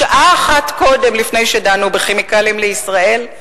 שעה אחת קודם לפני שדנו ב"כימיקלים לישראל"?